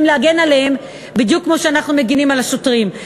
להגן עליהם בדיוק כמו שאנחנו מגינים על השוטרים.